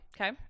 Okay